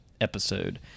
episode